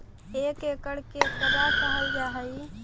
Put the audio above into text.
एक एकड़ केकरा कहल जा हइ?